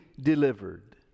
delivered